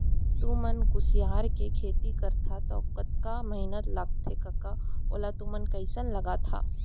तुमन कुसियार के खेती करथा तौ कतका मेहनत लगथे कका ओला तुमन कइसना लगाथा